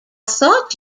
thought